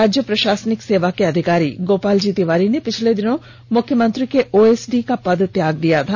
राज्य प्रसाशनिक सेवा के अधिकारी गोपालजी तिवारी ने पिछले दिनों मुख्यमंत्री के ओएसडी का पद त्याग दिया था